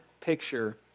picture